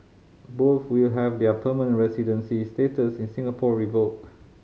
both will have their permanent residency status in Singapore revoked